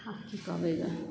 आर की कहबय गे